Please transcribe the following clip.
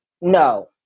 no